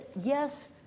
yes